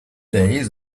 days